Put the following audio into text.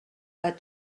pas